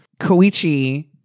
Koichi